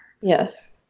yes